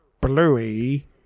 Bluey